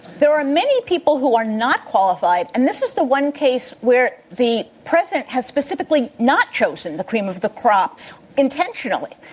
there are many people who are not qualified and this is the one case where the president has specifically not chosen the cream of the crop intentionally,